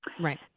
Right